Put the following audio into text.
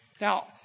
Now